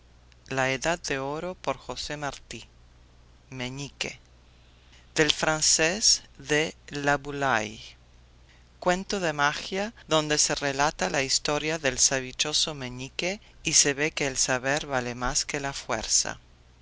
ave de oro p meñique del francés de laboulaye cuento de magia donde se relata la historia del sabichoso meñique y se ve que el saber vale más que la fuerza